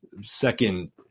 second